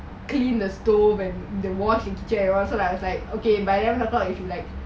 clean the stove and the wash the kitchen so I was like okay by eleven o'clock she should be like